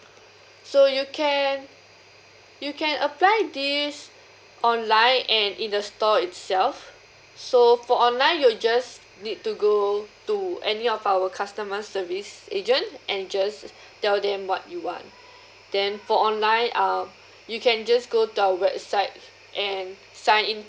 so you can you can apply this online and in the store itself so for online you just need to go to any of our customer service agent and just tell them what you want then for online um you can just go to our website and sign in